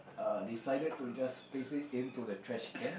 uh decided to just place it into the trash can